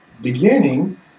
beginning